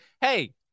hey